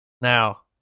Now